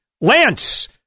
Lance